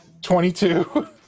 22